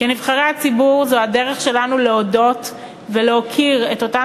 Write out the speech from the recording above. כנבחרי הציבור זו הדרך שלנו להודות ולהוקיר את אותן